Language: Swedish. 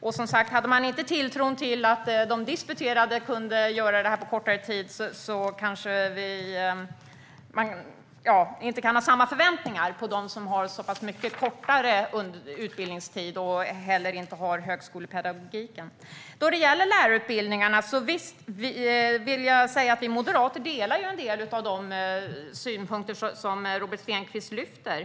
Om man inte hade tilltron till att de disputerade skulle kunna göra det på kortare tid kan man kanske inte ha de förväntningarna på dem som har så pass mycket kortare utbildningstid och som inte heller har högskolepedagogiken. När det gäller lärarutbildningarna håller vi moderater med om en del av de synpunkter som Robert Stenkvist lyfter fram.